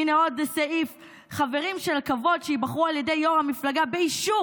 הינה עוד סעיף: חברים של כבוד שייבחרו על ידי יו"ר המפלגה באישור